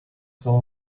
soul